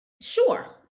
Sure